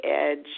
edge